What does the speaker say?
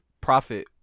profit